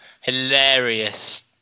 hilarious